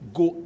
go